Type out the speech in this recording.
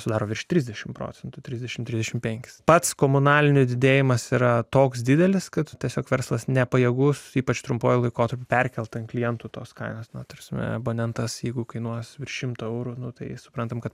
sudaro virš trisdešimt procentų trisdešimt trisdešimt penkis pats komunaline didėjimas yra toks didelis kad tiesiog verslas nepajėgus ypač trumpuoju laikotarpiu perkelti ant klientų tos kainos nuo teisme abonentas jeigu kainuos virš šimto eurų nutarė suprantame kad